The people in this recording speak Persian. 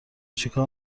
چیکار